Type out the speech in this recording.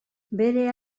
bere